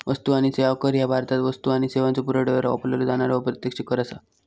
वस्तू आणि सेवा कर ह्या भारतात वस्तू आणि सेवांच्यो पुरवठ्यावर वापरलो जाणारो अप्रत्यक्ष कर असा